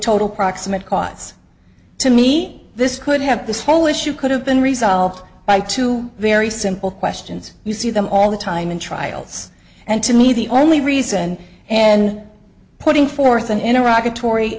total proximate cause to me this could have this whole issue could have been resolved by two very simple questions you see them all the time in trials and to me the only reason and putting forth an i